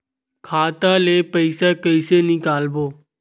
खाता ले पईसा कइसे निकालबो?